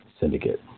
syndicate